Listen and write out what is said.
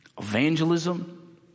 evangelism